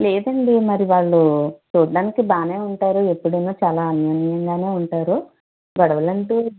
లేదండీ మరి వాళ్ళు చూడటానికి బాగానే ఉంటారు ఎప్పుడైనా చాలా అన్యోన్యంగానే ఉంటారు గొడవలంటూ